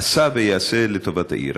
עשה ויעשה לטובת העיר.